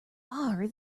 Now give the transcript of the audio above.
are